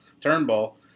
Turnbull